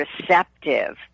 receptive